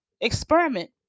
experiment